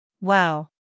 Wow